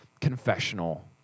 confessional